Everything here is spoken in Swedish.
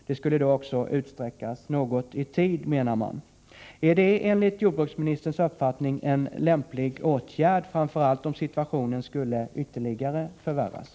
Det skulle då också utsträckas något i tiden, menar man. Är detta enligt jordbruksministerns uppfattning en lämplig åtgärd att ta till om situationen skulle förvärras ytterligare?